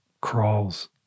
crawls